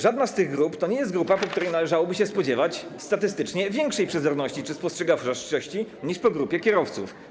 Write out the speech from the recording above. Żadna z tych grup to nie jest grupa, po której należałoby się spodziewać statystycznie większej przezorności czy spostrzegawczości niż po grupie kierowców.